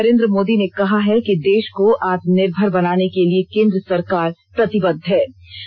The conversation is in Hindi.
प्रधानमंत्री नरेंद्र मोदी ने कहा है कि देष को आत्मनिर्भर बनाने के लिए केंद्र सरकार प्रतिबद्ध है